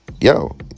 yo